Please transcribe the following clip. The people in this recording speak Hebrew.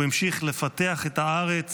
הוא המשיך לפתח את הארץ